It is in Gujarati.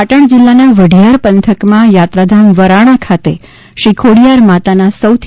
પાટણ જિલ્લાના વઢિયાર પંથકમાં યાત્રાધામ વરાણા ખાતે શ્રી ખોડિયાર માતાના સૌથી